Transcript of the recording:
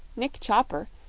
nick chopper,